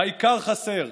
העיקר חסר,